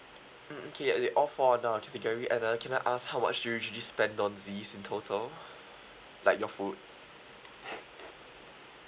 mm okay they all fall under our category and uh can I ask how much do you usually spend on these in total like your food